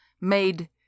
made